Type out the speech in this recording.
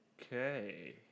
Okay